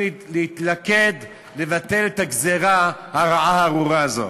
להתלכד לבטל את הגזירה הרעה הארורה הזאת.